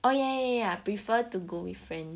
oh yeah yeah prefer to go with friends